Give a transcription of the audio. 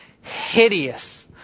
hideous